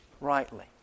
rightly